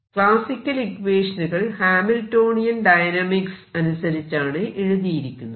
classical ഇക്വേഷനുകൾ Hamiltonian dynamics അനുസരിച്ചാണ് എഴുതിയിരിക്കുന്നത്